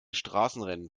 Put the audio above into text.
straßenrennen